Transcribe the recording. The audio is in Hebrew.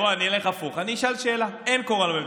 ואני שמעתי אותך בתקופה שכן הייתה קורונה,